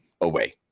away